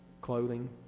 clothing